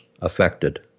affected